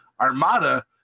armada